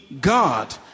God